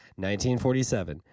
1947